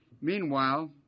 Meanwhile